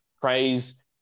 praise